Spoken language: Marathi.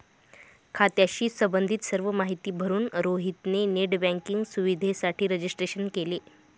खात्याशी संबंधित सर्व माहिती भरून रोहित ने नेट बँकिंग सुविधेसाठी रजिस्ट्रेशन केले